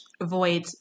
avoid